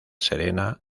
serena